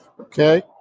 Okay